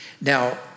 Now